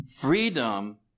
freedom